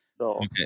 Okay